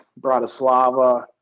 Bratislava